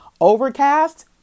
Overcast